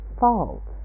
fault